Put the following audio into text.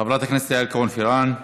חברת הכנסת יעל כהן-פארן,